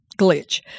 glitch